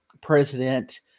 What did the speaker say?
president